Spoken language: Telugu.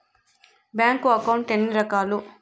బ్యాంకు అకౌంట్ ఎన్ని రకాలు